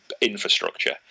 infrastructure